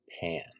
pan